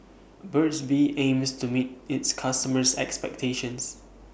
Burt's Bee aims to meet its customers' expectations